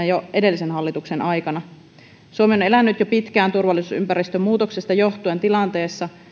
jo edellisen hallituksen aikana suomi on elänyt jo pitkään turvallisuusympäristön muutoksesta johtuen tilanteessa